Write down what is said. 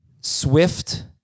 Swift